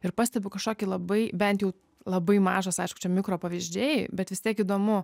ir pastebiu kažkokį labai bent jau labai mažas aišku čia mikro pavyzdžiai bet vis tiek įdomu